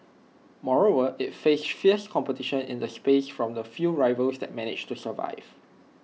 moreover IT faced fierce competition in the space from the few rivals that managed to survive